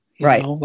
Right